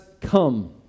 come